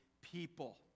people